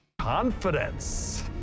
Confidence